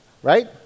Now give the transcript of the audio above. Right